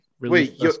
wait